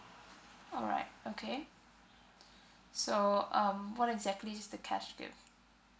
alright okay so um what exactly is the cash gift